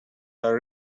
are